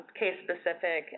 case-specific